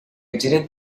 didn’t